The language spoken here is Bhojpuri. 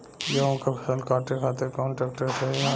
गेहूँ के फसल काटे खातिर कौन ट्रैक्टर सही ह?